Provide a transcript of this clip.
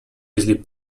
easily